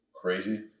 crazy